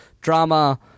drama